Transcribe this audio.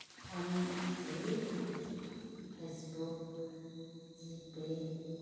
phone चाहिँ Facebook GPay